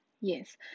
Yes